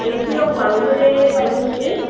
एक किलो वांगे पाहिजे होते